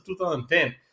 2010